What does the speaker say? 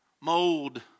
Mold